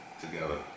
together